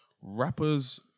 rappers